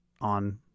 on